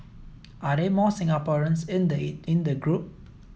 are there more Singaporeans in the in the group